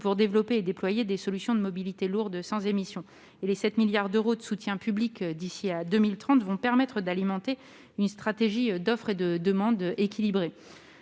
pour développer et déployer des solutions de mobilité lourde sans émission. Les 7 milliards d'euros de soutien public d'ici à 2030 vont permettre d'alimenter une stratégie d'offre et de demande équilibrée.